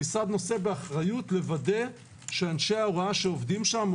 המשרד נושא באחריות לוודא שאנשי ההוראה שעובדים שם,